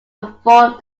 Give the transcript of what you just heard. performed